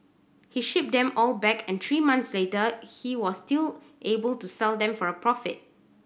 he shipped them all back and three months later he was still able to sell them for a profit